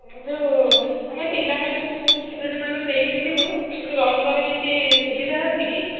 ଯେଉଁ ଆମେ ପିଲାମାନଙ୍କୁ ସ୍କୁଲ୍ ଷ୍ଟୁଡେଣ୍ଟମାନଙ୍କୁ ନେଇକିରି ଯିବୁ ସେଠି ରହିବାର କିଛି ସୁବିଧା ଅଛି କି